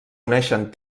uneixen